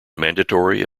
mandatory